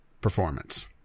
performance